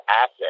asset